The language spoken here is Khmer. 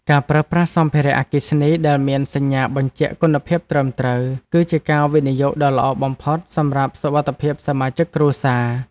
ការប្រើប្រាស់សម្ភារៈអគ្គិសនីដែលមានសញ្ញាបញ្ជាក់គុណភាពត្រឹមត្រូវ គឺជាការវិនិយោគដ៏ល្អបំផុតសម្រាប់សុវត្ថិភាពសមាជិកគ្រួសារ។